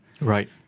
right